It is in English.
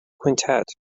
quintet